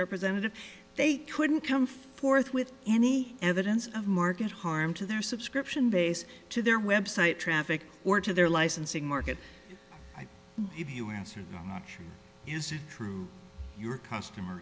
representative they couldn't come forth with any evidence of market harm to their subscription base to their website traffic or to their licensing market if you answered is it true your customer